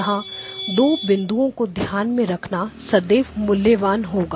यहां 2 बिंदुओं को ध्यान में रखना सदैव मूल्यवान होगा